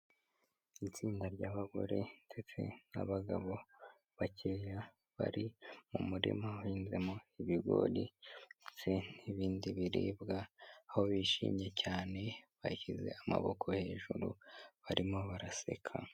Itsinda ry'abagore, ndetse n'abagabo, bakeya bari mu muririma uhinzwemo ibigori ndetse n'ibindi biribwa aho bishimye cyane bashyize amaboko hejuru barimo baraseka.